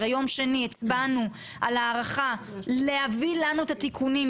הרי ביום שני אנחנו הצבענו על ההארכה על מנת שיביאו לנו את התיקונים.